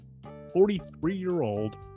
43-year-old